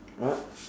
what